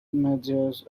measures